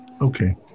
Okay